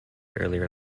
earlier